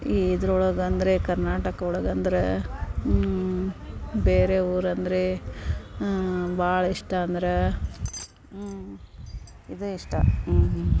ಈ ಇದ್ರೊಳಗೆ ಅಂದರೆ ಕರ್ನಾಟಕ ಒಳಗಂದ್ರೆ ಬೇರೆ ಊರಂದರೆ ಭಾಳ ಇಷ್ಟ ಅಂದ್ರೆ ಇದು ಇಷ್ಟ